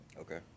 Okay